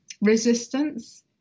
resistance